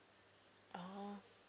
oh